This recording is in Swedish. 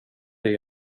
det